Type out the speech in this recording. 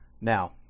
Now